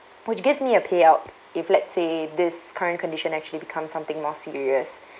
which gives me a payout if let's say this current condition actually becomes something more serious